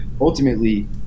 ultimately